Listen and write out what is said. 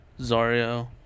Zario